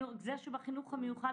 זה שהוא נמצא בחינוך המיוחד